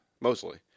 Mostly